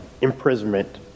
imprisonment